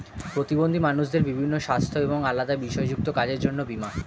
প্রতিবন্ধী মানুষদের বিভিন্ন সাস্থ্য এবং আলাদা বিষয় যুক্ত কাজের জন্য বীমা